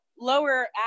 lower